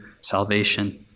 salvation